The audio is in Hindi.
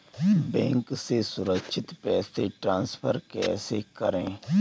बैंक से सुरक्षित पैसे ट्रांसफर कैसे करें?